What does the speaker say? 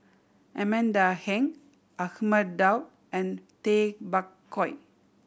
Amanda Heng Ahmad Daud and Tay Bak Koi